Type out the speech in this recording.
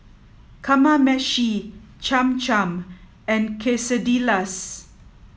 Kamameshi Cham Cham and Quesadillas